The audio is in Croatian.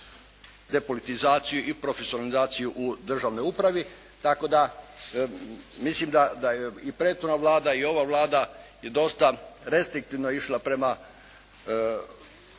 uz depolitizaciju i profesionalizaciju u državnoj upravi. Tako da mislim da je i prethodna Vlada i ova Vlada je dosta restriktivno išla prema sustavu